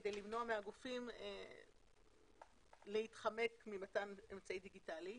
כדי למנוע מהגופים להתחמק ממתן אמצעי דיגיטלי.